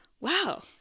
wow